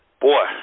boy